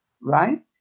Right